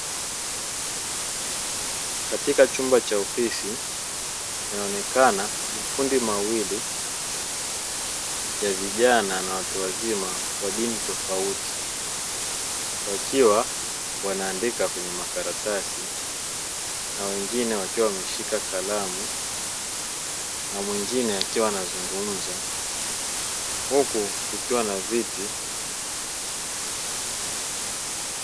Katika chumba cha ofisi inaonekana makundi mawili ya vijana na watu wazima wa dini tofauti wakiwa wanaandika kwenye makaratasi, na wengine wakiwa wameshika kalamu na mwingine akiwa anazungumza huku kukiwa na viti.